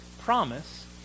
promise